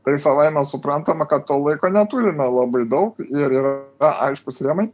tai savaime suprantama kad to laiko neturime labai daug ir yra aiškūs rėmai